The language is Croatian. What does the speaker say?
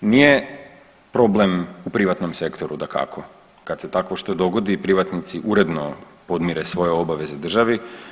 Nije problem u privatnom sektoru dakako kad se takvo što dogodi privatnici uredno podmire svoje obaveze državi.